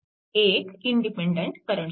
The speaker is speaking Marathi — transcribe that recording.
एक इंडिपेन्डन्ट करंट सोर्स